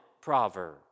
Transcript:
proverb